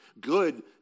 good